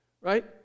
right